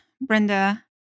brenda